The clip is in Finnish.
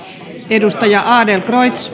ärade